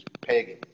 pagan